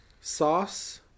sauce